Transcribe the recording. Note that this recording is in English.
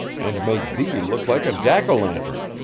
and make thee look like a jack-o'-lantern